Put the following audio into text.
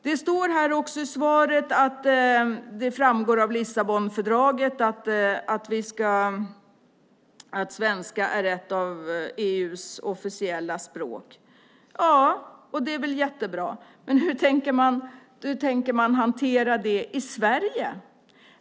Det står i svaret att det framgår av Lissabonfördraget att svenska är ett av EU:s officiella språk. Det är väl jättebra! Men hur tänker man hantera det i Sverige?